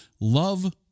love